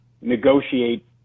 negotiate